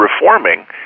reforming